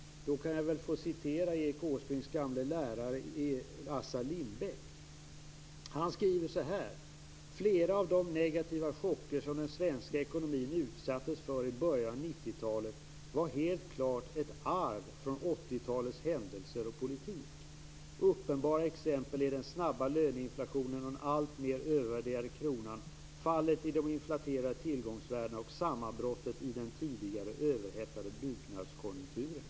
Då kan jag väl få hänvisa till Erik Åsbrinks gamla lärare, Assar Lindbeck. Han skriver så här: Flera av de negativa chocker som den svenska ekonomin utsattes för i början av 90-talet var helt klart ett arv från 80-talets händelser och politik. Uppenbara exempel är den snabba löneinflationen och den alltmer övervärderade kronan, fallet i de inflaterade tillgångsvärdena och sammanbrottet i den tidigare överhettade byggnadskonjunkturen.